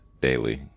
daily